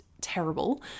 terrible